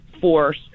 force